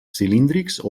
cilíndrics